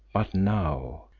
but now,